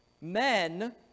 men